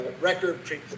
record